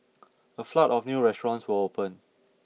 a flood of new restaurants will open